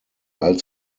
als